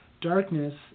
Darkness